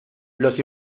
los